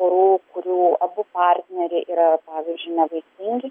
porų kurių abu partneriai yra pavyzdžiui nevaisingi